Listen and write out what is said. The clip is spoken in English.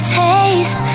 taste